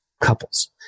couples